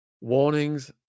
warnings